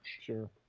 Sure